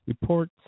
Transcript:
Reports